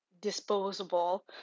disposable